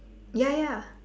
ya ya